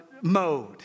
mode